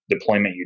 deployment